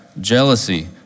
jealousy